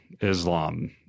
Islam